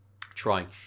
trying